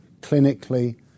clinically